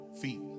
feet